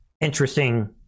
Interesting